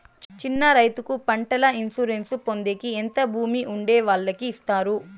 చిన్న రైతుకు పంటల ఇన్సూరెన్సు పొందేకి ఎంత భూమి ఉండే వాళ్ళకి ఇస్తారు?